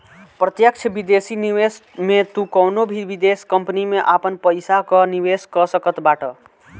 प्रत्यक्ष विदेशी निवेश में तू कवनो भी विदेश कंपनी में आपन पईसा कअ निवेश कअ सकत बाटअ